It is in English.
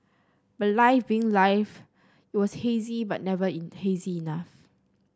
but life being life it was hazy but never in hazy enough